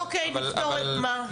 אוקיי, נפתור את מה?